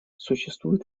существует